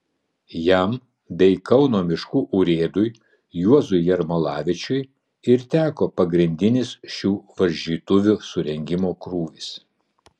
jam bei kauno miškų urėdui juozui jermalavičiui ir teko pagrindinis šių varžytuvių surengimo krūvis